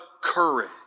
courage